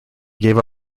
gave